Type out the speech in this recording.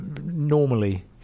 ...normally